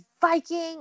Viking